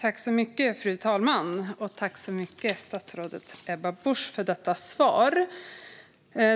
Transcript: Fru talman! Jag tackar statsrådet Ebba Busch så mycket för detta svar.